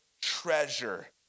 treasure